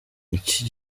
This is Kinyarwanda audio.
iki